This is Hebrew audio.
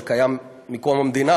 זה קיים מקום המדינה,